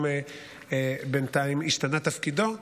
ובינתיים השתנה תפקידו.